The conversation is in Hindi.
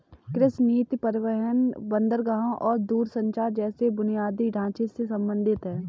कृषि नीति परिवहन, बंदरगाहों और दूरसंचार जैसे बुनियादी ढांचे से संबंधित है